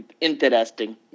interesting